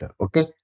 okay